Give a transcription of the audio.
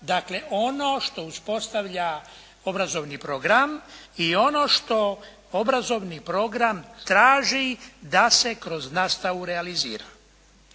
dakle ono što uspostavlja obrazovni program i ono što obrazovni program traži da se kroz nastavu realizira.